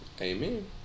Amen